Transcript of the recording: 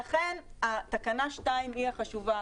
לכן, תקנה (2) היא החשובה.